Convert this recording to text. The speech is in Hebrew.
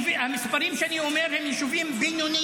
המספרים שאני אומר אלה מספרים בינוניים.